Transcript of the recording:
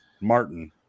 Martin